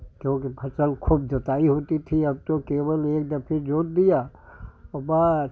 क्योंकि फ़सल खूब जोताई होती थी अब तो केवल एक दफ़े जोत दिया और बस